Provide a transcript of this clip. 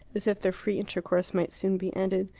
as if their free intercourse might soon be ended,